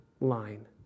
line